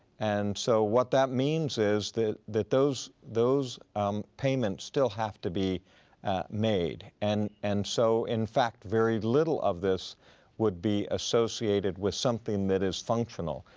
and so what that means, is that that those those um payments still have to be made and and so in fact, very little of this would be associated with something that is functional.